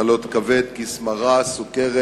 מחלות כבד, כיס מרה, סוכרת,